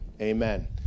Amen